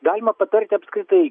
galima patarti apskritai